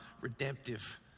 redemptive